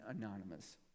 anonymous